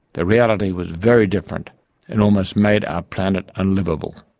the reality was very different and almost made our planet unliveable.